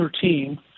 team